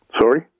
Sorry